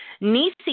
Nisi